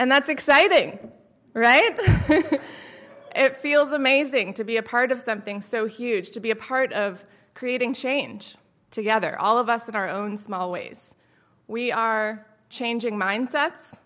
and that's exciting right but it feels amazing to be a part of something so huge to be a part of creating change together all of us in our own small ways we are changing mindset